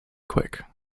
quick